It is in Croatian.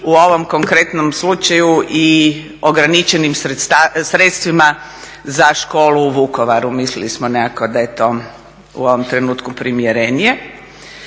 u ovom konkretnom slučaju i ograničenim sredstvima za školu u Vukovaru, mislili smo nekako da je to u ovom trenutku primjerenije.